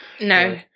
No